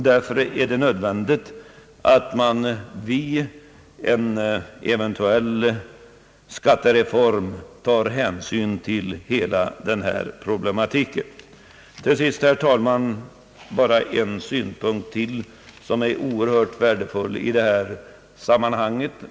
Därför är det nödvändigt att man vid en eventuell skattereform tar hänsyn till hela den problematiken. Till sist, herr talman, bara en synpunkt som är oerhört värdefull i detta sammanhang.